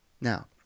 Now